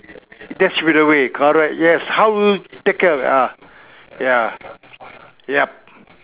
that should be the way correct yes how you take care of ah ya yup